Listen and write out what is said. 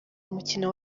umukino